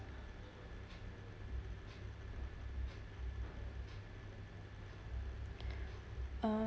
uh